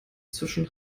zwischen